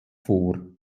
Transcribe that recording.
vor